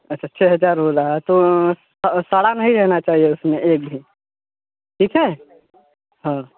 अच्छा छः हज़ार हो रहा है तो स सड़ा नहीं रहना चाहिए उसमें एक भी ठीक है हाँ